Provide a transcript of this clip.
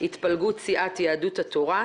התפלגות סיעת יהדות התורה,